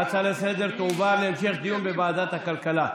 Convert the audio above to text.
ההצעה לסדר-היום תועבר להמשך דיון בוועדת הכלכלה.